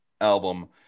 album